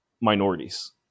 minorities